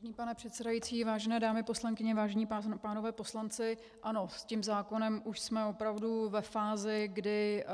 Vážený pane předsedající, vážené dámy poslankyně, vážení pánové poslanci, ano, s tím zákonem už jsme opravdu ve fázi, kdy